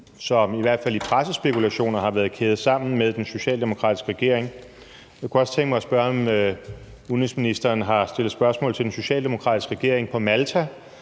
som i hvert fald i pressespekulationer har været kædet sammen med den socialdemokratiske regering. Jeg kunne også tænke mig at spørge, om udenrigsministeren har stillet spørgsmål til den socialdemokratiske regering på Malta